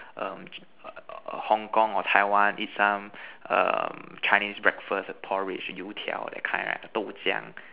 um Hong-Kong or Taiwan eat some um Chinese breakfast porridge 油条 that kind right 豆浆:Dou Jiang